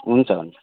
हुन्छ हुन्छ